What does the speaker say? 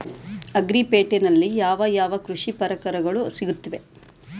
Agri ಪೇಟೆನಲ್ಲಿ ಯಾವ ಯಾವ ಕೃಷಿ ಪರಿಕರಗಳು ಸಿಗುತ್ತವೆ?